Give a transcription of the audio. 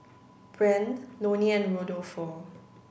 Brande Loni and Rodolfo